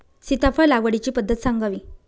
सीताफळ लागवडीची पद्धत सांगावी?